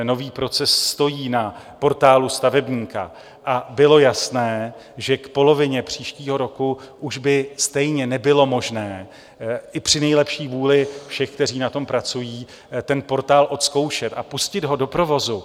Nový proces stojí na Portálu stavebníka a bylo jasné, že k polovině příštího roku už by stejně nebylo možné i při nejlepší vůli všech, kteří na tom pracují, ten portál odzkoušet a pustit ho do provozu.